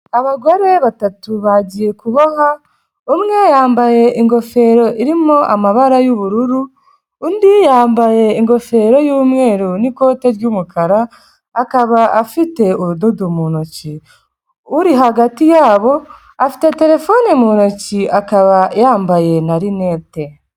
Abagore batatu bagiye kuboha, umwe yambaye ingofero irimo amabara y'ubururu, undi yambaye ingofero y'umweru n'ikote ry'umukara, akaba afite urudodo mu ntoki. Uri hagati yabo afite terefone mu ntoki, akaba yambaye na rinete.